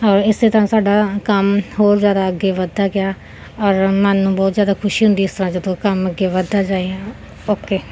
ਔਰ ਇਸ ਤਰ੍ਹਾਂ ਸਾਡਾ ਕੰਮ ਹੋਰ ਜ਼ਿਆਦਾ ਅੱਗੇ ਵੱਧਦਾ ਗਿਆ ਔਰ ਮਨ ਨੂੰ ਬਹੁਤ ਜ਼ਿਆਦਾ ਖੁਸ਼ੀ ਹੁੰਦੀ ਇਸ ਤਰ੍ਹਾਂ ਜਦੋਂ ਕੰਮ ਅੱਗੇ ਵੱਧਦਾ ਜਾਵੇ ਓਕੇ